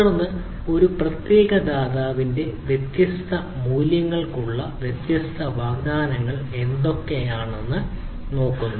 തുടർന്ന് ഒരു പ്രത്യേക ദാതാവിന്റെ വ്യത്യസ്ത വിഎമ്മുകൾക്കുള്ള വ്യത്യസ്ത വാഗ്ദാനങ്ങൾ എന്തൊക്കെയാണ് എന്ന് നോക്കുന്നു